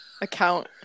account